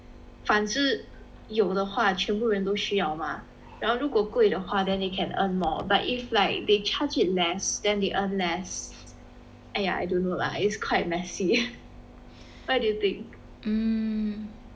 反只有的话全部人都需要吗然后如果贵的话 then you can earn more but if like they charge it less than they earn less !aiya! I don't know lah it's quite messy what do you think